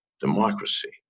democracy